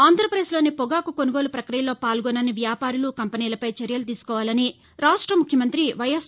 ఆంధ్రాపదేశ్ లోని పొగాకు కొనుగోలు పక్రియలో పాల్గొనని వ్యాపారులు కంపెనీలపై చర్యలు తీసుకోవాలని రాష్ట ముఖ్యమంతి వైఎస్